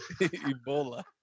Ebola